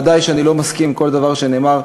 ודאי שאני לא מסכים עם כל דבר שנאמר,